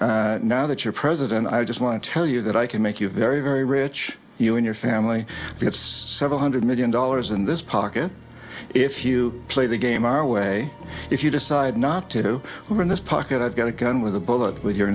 president now that you're president i just want to tell you that i can make you very very rich you and your family because several hundred million dollars in this pocket if you play the game our way if you decide not to win this pocket i've got a gun with a bullet with your